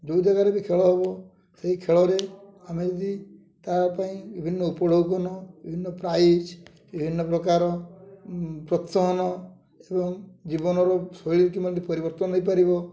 ଯେଉଁ ଜାଗାରେ ବି ଖେଳ ହବ ସେଇ ଖେଳରେ ଆମେ ଯଦି ତା ପାଇଁ ବିଭିନ୍ନ ଉପଲୋକନ ବିଭିନ୍ନ ପ୍ରାଇଜ୍ ବିଭିନ୍ନ ପ୍ରକାର ପ୍ରୋତ୍ସାହନ ଏବଂ ଜୀବନର ଶୈଳୀ କେମିତି ପରିବର୍ତ୍ତନ ହେଇପାରିବ